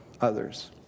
others